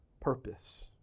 purpose